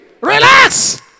Relax